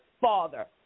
father